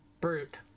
brute